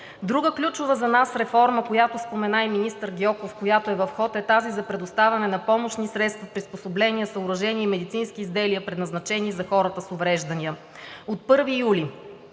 Друга ключова за нас реформа, която спомена и министър Гьоков, която е в ход, е тази за предоставяне на помощни средства, приспособления, съоръжения и медицински изделия, предназначени за хората с увреждания. От 1 юли